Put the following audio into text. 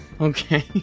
Okay